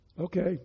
Okay